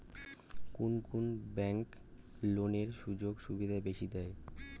কুন কুন ব্যাংক লোনের সুযোগ সুবিধা বেশি দেয়?